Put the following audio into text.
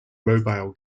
mobile